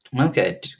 Okay